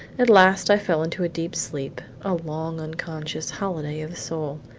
at last i fell into a deep sleep, a long unconscious holiday of the soul,